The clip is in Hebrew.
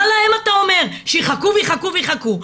מה להם אתה אומר שיחכו ויחכו ויחכו,